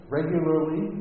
Regularly